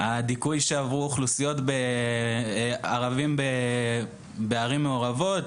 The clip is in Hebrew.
הדיכוי שעברה אוכלוסיית הערבים בערים המעורבות.